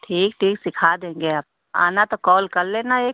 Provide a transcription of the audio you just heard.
ठीक ठीक सिखा देंगे अप आना तो कॉल कर लेना एक